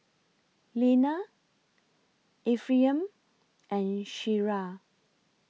Leanna Ephriam and Shira